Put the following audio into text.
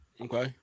Okay